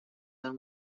del